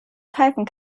pfeifen